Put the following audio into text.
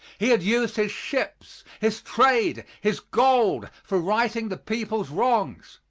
he had used his ships, his trade, his gold, for righting the people's wrongs.